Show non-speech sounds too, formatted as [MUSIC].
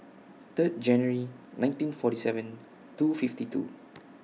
Third January nineteen forty seven two fifty two [NOISE]